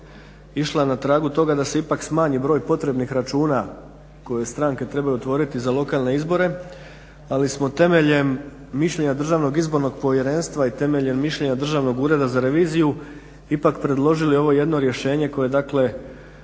išla na tragu toga da se ipak smanji broj potrebnih računa koje stranke trebaju otvoriti za lokalne izbore, ali smo temeljem mišljenja Državnog izbornog povjerenstva i temeljem mišljenja Državnog ureda za reviziju ipak predložili ovo jedno rješenje koje dakle